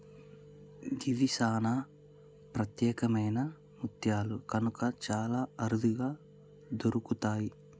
గివి సానా ప్రత్యేకమైన ముత్యాలు కనుక చాలా అరుదుగా దొరుకుతయి